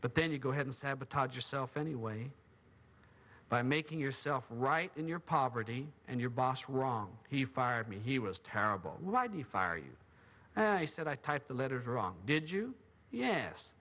but then you go ahead and sabotage yourself anyway by making yourself right in your poverty and your boss wrong he fired me he was terrible why do you fire you i said i typed the letters wrong did you yes